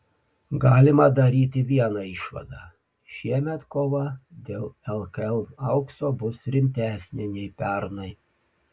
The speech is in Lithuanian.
galima daryti vieną išvadą šiemet kova dėl lkl aukso bus rimtesnė nei pernai